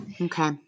Okay